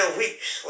weeks